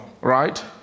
Right